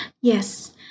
Yes